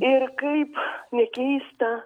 ir kaip nekeista